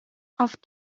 auf